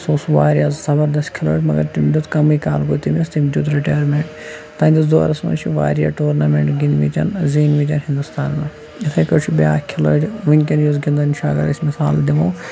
سُہ اوس واریاہ زَبردست کھِلٲڑۍ مگر تٔمۍ دِیُت کَمٕے کال گوٚو تٔمِس تٔمۍ دِیُت رِٹایَرمینٛٹ تہنٛدِس دورَس منٛز چھِ واریاہ ٹورنامینٛٹ گِنٛدمٕتۍ زیٖنمٕتۍ ہِنٛدوستانن یِتھٕے کٲٹھۍ چھُ بیاکھ کھِلٲڑۍ وٕنکیٚن یُس گِنٛدان چھُ اگر أسۍ مِثال دِمو